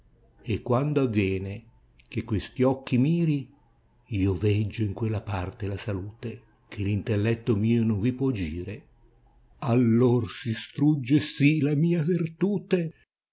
e quando avviene che questi occhi miri io veggio in quella parte la saldcte che r intelletto mio non vi può gire auor si strugge si la mia vertute